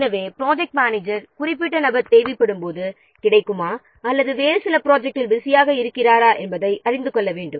எனவேப்ராஜெக்ட் manager குறிப்பிட்ட நபர் தேவைப்படும்போது அவர் கிடைப்பாரா அல்லது வேறு சில ப்ராஜெக்ட்டில் பிஸியாக இருக்கிறாரா என்பதை அறிந்து கொள்ள வேண்டும்